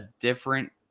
different